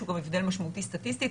שהוא גם הבדל משמעותי סטטיסטית,